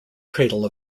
cradle